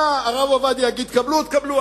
אתה, הרב עובדיה יגיד תקבלו, תקבלו.